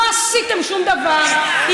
לא עשיתם שום דבר.